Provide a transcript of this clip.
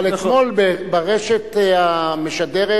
אבל אתמול ברשת המשדרת,